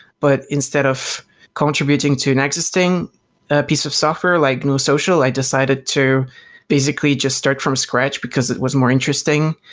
but instead of contributing to an existing ah piece of software, like social, i decided to basically just start from scratch because it was more interesting.